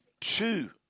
two